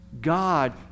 God